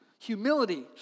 Humility